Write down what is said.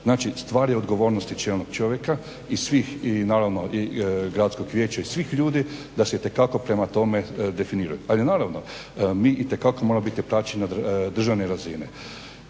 Znači, stvar je odgovornosti čelnog čovjeka i svih, naravno i gradskog vijeća i svih ljudi da se itekako prema tome definiraju. Ali naravno, mi itekako moramo biti praćeni na državnoj razini.